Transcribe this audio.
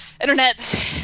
internet